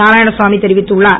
நாராயணசாமி தெரிவித்துள்ளார்